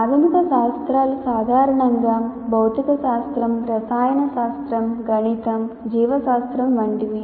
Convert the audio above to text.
ప్రాథమిక శాస్త్రాలు సాధారణంగా భౌతిక శాస్త్రం రసాయన శాస్త్రం గణితం జీవశాస్త్రం వంటివి